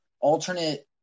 alternate